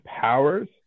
powers